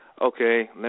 okay